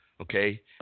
Okay